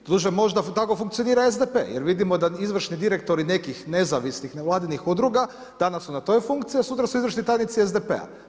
Doduše možda tako funkcionira SDP, jer vidimo da izvršni direktori, nekih nezavisnih vladinih ugovora, danas su na toj funkciji, a sutra su izvršni tajnici SDP-a.